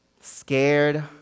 scared